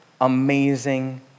amazing